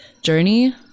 journey